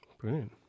Brilliant